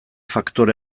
faktore